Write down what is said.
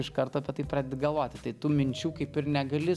iš karto apie tai pradedi galvoti tai tų minčių kaip ir negali